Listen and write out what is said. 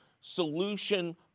solution